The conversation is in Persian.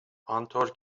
آنطور